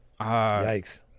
Yikes